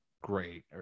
great